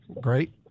Great